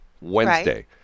Wednesday